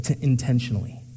intentionally